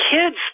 kids